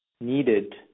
needed